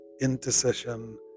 intercession